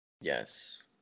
yes